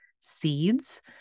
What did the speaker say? seeds